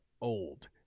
old